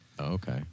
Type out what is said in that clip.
Okay